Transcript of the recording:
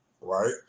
right